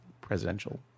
presidential